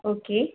okay